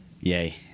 Yay